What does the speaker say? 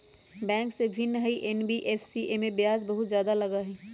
Bank से भिन्न हई एन.बी.एफ.सी इमे ब्याज बहुत ज्यादा लगहई?